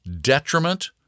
detriment